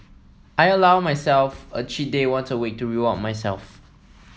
I allow myself a cheat day once a week to reward myself